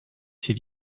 ses